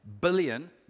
billion